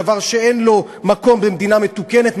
דבר שאין לו מקום במדינה מתוקנת,